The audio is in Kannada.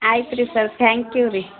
ಆಯ್ತುರೀ ಸರ್ ಥ್ಯಾಂಕ್ ಯು ರಿ